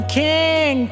king